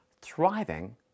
Thriving